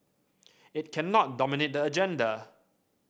it cannot dominate the agenda